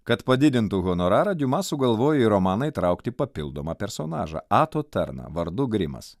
kad padidintų honorarą diuma sugalvojo į romaną įtraukti papildomą personažą ato tarną vardu grimas